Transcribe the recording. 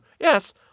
yes